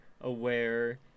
aware